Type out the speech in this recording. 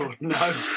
No